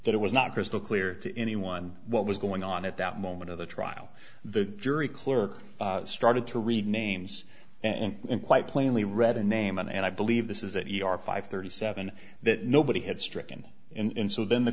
that it was not crystal clear to anyone what was going on at that moment of the trial the jury clerk started to read names and quite plainly read a name and i believe this is that you are five thirty seven that nobody had stricken and so then the